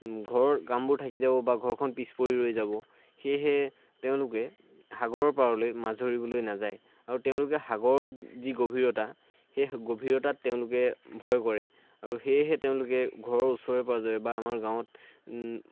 ঘৰৰ কামবোৰ থাকি যাব বা ঘৰখন পিছপৰি ৰৈ যাব সেয়েহে তেওঁলোকে সাগৰৰ পাৰলৈ মাছ ধৰিবলৈ নাযায় আৰু তেওঁলোকে সাগৰত যি গভীৰতা সেই গভীৰতাত তেওঁলোকে ভয় কৰে আৰু সেয়েহে তেওঁলোকে ঘৰৰ ওচৰে পাঁজৰে বা আমাৰ গাঁৱত